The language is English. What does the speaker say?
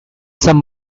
some